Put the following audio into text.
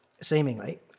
seemingly